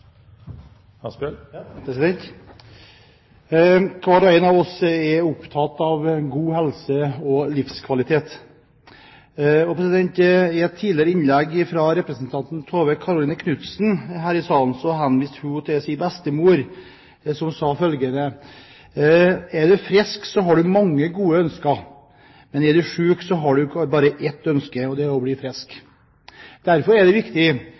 opptatt av god helse og livskvalitet. I et tidligere innlegg av representanten Tove Karoline Knutsen her i salen henviste hun til sin bestemor, som sa følgende: Er du frisk, har du mange gode ønsker, men er du syk, har du bare ett ønske, og det er å bli frisk. Derfor er det riktig, som statsråden innledet med, at legemidler er en viktig